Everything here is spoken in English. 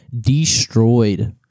destroyed